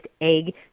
egg